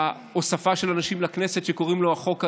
ההוספה של אנשים לכנסת שקוראים לו החוק הישראלי,